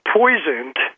poisoned